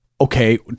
Okay